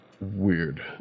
Weird